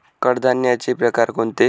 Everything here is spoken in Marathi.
कडधान्याचे प्रकार कोणते?